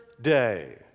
day